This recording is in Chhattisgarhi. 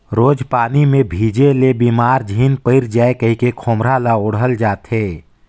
रोज पानी मे भीजे ले बेमार झिन पइर जाए कहिके खोम्हरा ल ओढ़ल जाथे